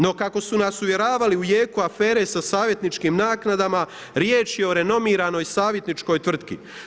No kako su nas uvjeravali u jeku afere sa savjetničkim naknadama, riječ je o renomiranoj savjetničkoj tvrtki.